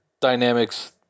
dynamics